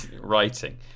writing